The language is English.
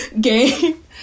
game